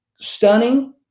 stunning